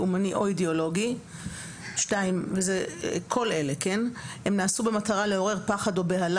לאומני או אידיאולוגי; הם נעשו במטרה לעורר פחד או בהלה